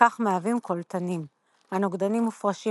ובכך מהווים קולטנים; הנוגדנים מופרשים